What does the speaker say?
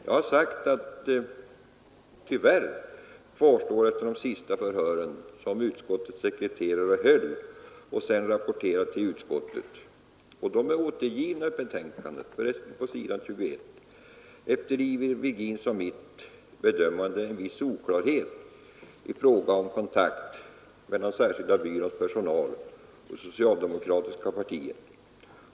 Jag har tidigare i dag sagt att efter de sista förhören som utskottets sekreterare höll och sedan rapporterade till utskottet — förhören är återgivna i betänkandet på s. 21 — det enligt herr Virgin och mitt bedömande kvarstod en viss oklarhet om kontakterna mellan särskilda byråns personal och det socialdemokratiska partiet.